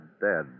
dead